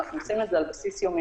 אנחנו עושים את זה על בסיס יום-יומי.